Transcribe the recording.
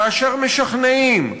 כאשר משכנעים,